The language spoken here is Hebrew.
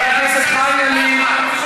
חבר הכנסת חיים ילין.